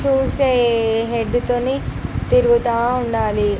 చూసే హెడ్తోని తిరుగుతూ ఉండాలి